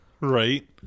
Right